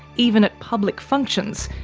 even at public functions,